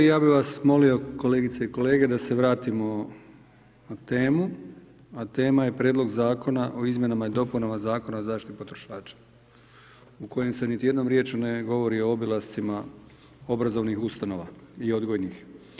Ja bih vas molio kolegice i kolege da se vratimo na temu, a tema je prijedlog zakona o izmjenama i dopunama Zakona o zaštiti potrošača u kojem se niti jednom riječju ne govori o obilascima obrazovnih ustanova i odgojnih.